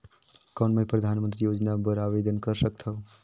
कौन मैं परधानमंतरी योजना बर आवेदन कर सकथव?